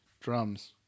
drums